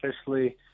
officially